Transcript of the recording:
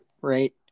right